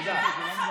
תודה.